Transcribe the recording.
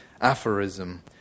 aphorism